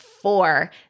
four